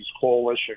coalition